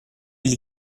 gli